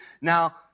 now